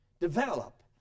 develop